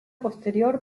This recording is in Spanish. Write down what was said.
posterior